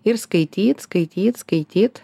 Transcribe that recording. ir skaityt skaityt skaityt